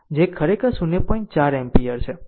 4 ampere છે